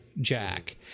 Jack